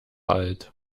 alt